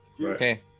Okay